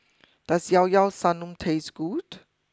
does Llao Llao Sanum taste good